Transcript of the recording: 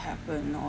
happen or